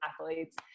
athletes